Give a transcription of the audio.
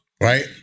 right